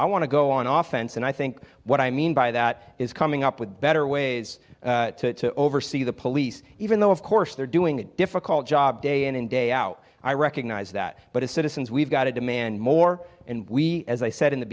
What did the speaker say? i want to go off ants and i think what i mean by that is coming up with better ways to oversee the police even though of course they're doing a difficult job day in and day out i recognize that but as citizens we've got to demand more and we as i said in the